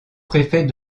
préfet